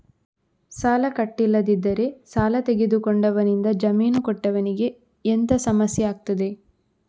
ಸಾಲ ಕಟ್ಟಿಲ್ಲದಿದ್ದರೆ ಸಾಲ ತೆಗೆದುಕೊಂಡವನಿಂದ ಜಾಮೀನು ಕೊಟ್ಟವನಿಗೆ ಎಂತ ಸಮಸ್ಯೆ ಆಗ್ತದೆ?